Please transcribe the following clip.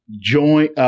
join